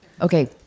Okay